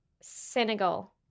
Senegal